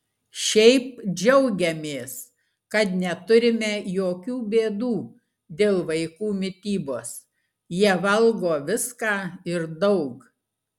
šiaip džiaugiamės kad neturime jokių bėdų dėl vaikų mitybos jie valgo viską ir daug